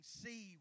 see